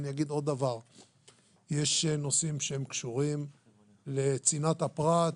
יש נושאים שקשורים לצנעת הפרט,